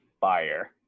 fire